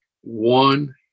one